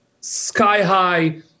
sky-high